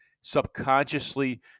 Subconsciously